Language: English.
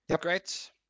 Great